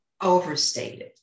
overstated